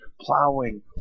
plowing